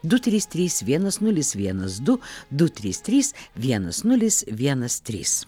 du trys trys vienas nulis vienas du du trys trys vienas nulis vienas trys